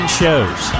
shows